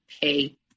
pay